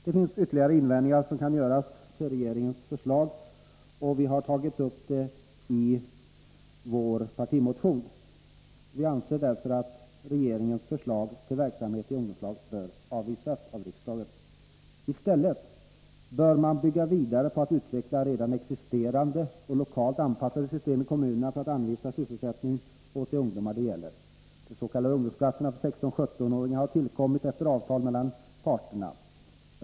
Det finns ytterligare invändningar som kan göras mot regeringens förslag och som vi tagit upp i vår partimotion. Vi anser därför att förslaget bör avvisas av riksdagen. I stället bör man bygga vidare på att utveckla redan existerande och lokalt anpassade system i kommunerna för att anvisa sysselsättning åt de ungdomar det här gäller. De s.k. ungdomsplatserna för 16-17-åringar har tillkommit efter avtal mellan arbetsmarknadens parter.